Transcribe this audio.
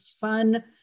fun